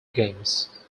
games